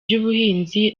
ry’ubuhinzi